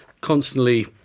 constantly